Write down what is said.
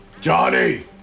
Johnny